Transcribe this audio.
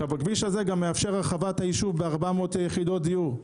הכביש הזה מאפשר את הרחבת היישוב ב-400 יחידות דיור.